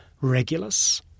Regulus